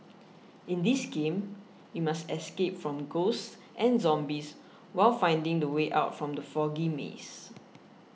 in this game you must escape from ghosts and zombies while finding the way out from the foggy maze